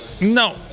No